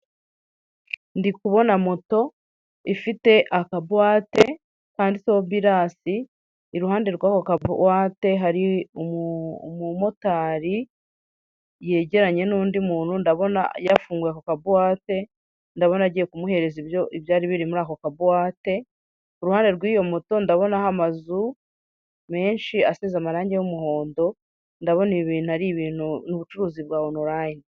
Ndikubona moto ifite akabuwate kanditseho birasi iruhande rw'ako kabuwate hari umu umumotari yegeranye n'undi muntu ndabona yafunguye ako kabuwate, ndabona agiye kumuhereza ibyo ibyari biri muri ako kabuwate iruhande rw'iyo moto ndabonaho amazu menshi asize amarange y'umuhondo ndabona ibi bintu ari ibintu ni ubucuruzi bwa onurayine.